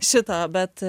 šito bet